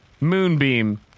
Moonbeam